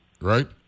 right